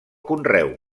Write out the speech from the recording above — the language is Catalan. conreu